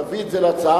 ותביא את זה כהצעה.